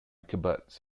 kibbutz